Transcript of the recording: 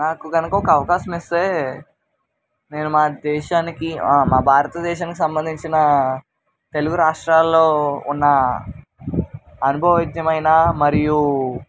నాకు కనుక ఒక అవకాశం ఇస్తే నేను మా దేశానికి మా భారతదేశానికి సంబంధించిన తెలుగు రాష్ట్రాల్లో ఉన్న అనుభవ విద్యమైన మరియు